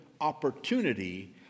opportunity